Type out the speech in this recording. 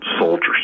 soldiers